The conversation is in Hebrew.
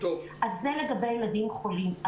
זה לגבי ילדים חולים.